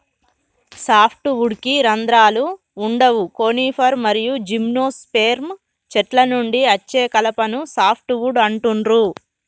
soft వుడ్కి రంధ్రాలు వుండవు కోనిఫర్ మరియు జిమ్నోస్పెర్మ్ చెట్ల నుండి అచ్చే కలపను సాఫ్ట్ వుడ్ అంటుండ్రు